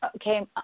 Okay